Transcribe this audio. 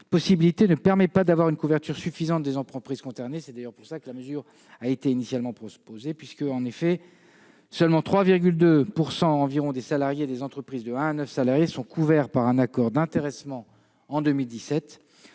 dernière possibilité ne permet pas d'avoir une couverture suffisante des entreprises concernées. C'est d'ailleurs pour cela que la mesure avait été initialement proposée. En effet, seulement 3,2 % des salariés des entreprises de un à neuf salariés étaient couverts par un accord d'intéressement en 2017,